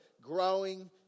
growing